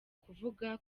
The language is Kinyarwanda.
kuvuga